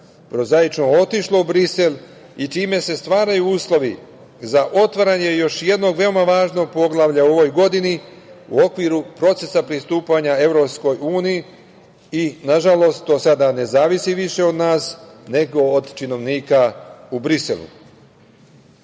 prozaično, otišlo u Brisel i time se stvaraju uslovi za otvaranje još jednog veoma važnog poglavlja u ovoj godini u okviru procesa pristupanja Evropskoj uniji i, nažalost, to sada ne zavisi više od nas, nego od činovnika u Briselu. Posebno